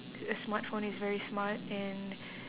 a smartphone is very smart and